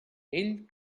ell